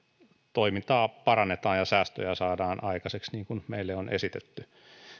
toimintaa parannetaan ja säästöjä saadaan aikaiseksi niin kuin meille on esitetty